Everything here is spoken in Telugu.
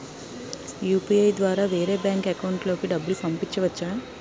యు.పి.ఐ ద్వారా వేరే బ్యాంక్ అకౌంట్ లోకి డబ్బులు పంపించవచ్చా?